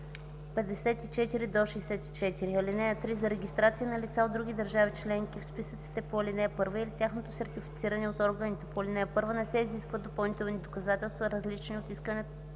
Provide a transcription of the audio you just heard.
54-64. (3) За регистрация на лица от други държави членки в списъците по ал. 1 или за тяхното сертифициране от органите по ал. 1 не се изискват допълнителни доказателства, различни от исканите